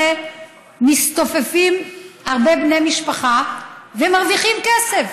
מסתופפים הרבה בני משפחה ומרוויחים כסף.